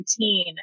routine